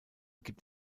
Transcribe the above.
gibt